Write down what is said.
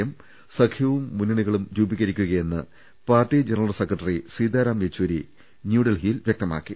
M സഖ്യവും മുന്നണിയും രൂപീകരിക്കുകയെന്ന് party general secretary Sitaram Yechury New Delhi യിൽ വൃക്തമാക്കി